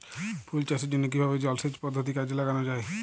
ফুল চাষের জন্য কিভাবে জলাসেচ পদ্ধতি কাজে লাগানো যাই?